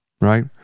right